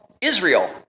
Israel